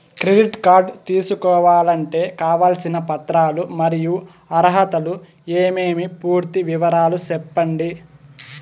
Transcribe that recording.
Credit card తీసుకోవాలంటే కావాల్సిన పత్రాలు మరియు అర్హతలు ఏమేమి పూర్తి వివరాలు సెప్పండి?